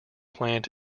plant